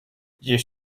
you